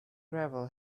gravel